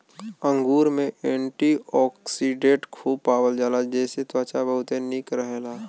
अंगूर में एंटीओक्सिडेंट खूब पावल जाला जेसे त्वचा बहुते निक रहेला